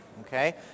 okay